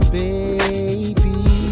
baby